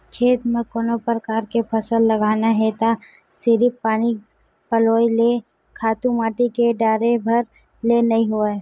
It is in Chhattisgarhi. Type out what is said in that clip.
खेत म कोनो परकार के फसल लगाना हे त सिरिफ पानी पलोय ले, खातू माटी के डारे भर ले नइ होवय